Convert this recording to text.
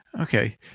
Okay